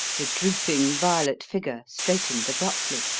the drooping, violet figure straightened abruptly,